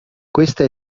questa